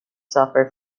suffer